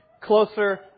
closer